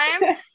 time